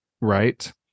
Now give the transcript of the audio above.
Right